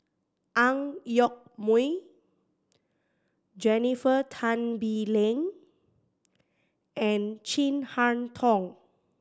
Ang Yoke Mooi Jennifer Tan Bee Leng and Chin Harn Tong